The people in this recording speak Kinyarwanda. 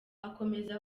akomeza